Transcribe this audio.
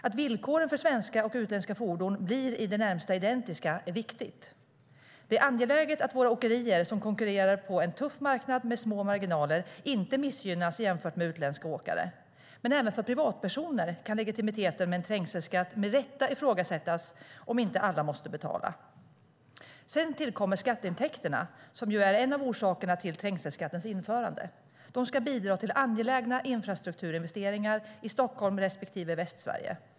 Att villkoren för svenska och utländska fordon blir i det närmaste identiska är viktigt. Det är angeläget att våra åkerier, som konkurrerar på en tuff marknad med små marginaler, inte missgynnas jämfört med utländska åkare. Men även för privatpersoner kan legitimiteten med en trängselskatt med rätta ifrågasättas om inte alla måste betala. Sedan tillkommer skatteintäkterna, som är en av orsakerna till trängselskattens införande. De ska bidra till angelägna infrastrukturinvesteringar i Stockholm respektive Västsverige.